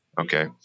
Okay